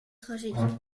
trajet